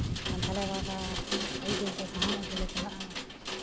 ᱠᱟᱱᱛᱷᱟᱞᱮ ᱨᱚᱜᱽᱼᱟ ᱟᱹᱭᱩᱵ ᱵᱮᱨ ᱫᱚ ᱥᱟᱦᱟᱱ ᱟᱹᱜᱩᱞᱮ ᱪᱟᱞᱟᱜᱼᱟ